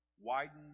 widen